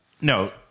No